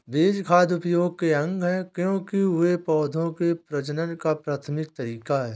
बीज खाद्य उद्योग के अंग है, क्योंकि वे पौधों के प्रजनन का प्राथमिक तरीका है